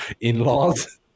in-laws